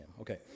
Okay